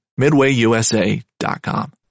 MidwayUSA.com